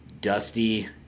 Dusty